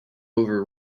over